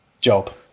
job